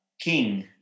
king